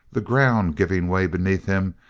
the ground giving way beneath him,